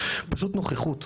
פשוט נוכחות,